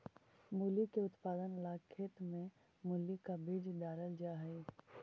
मूली के उत्पादन ला खेत में मूली का बीज डालल जा हई